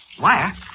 Wire